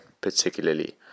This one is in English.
particularly